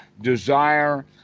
desire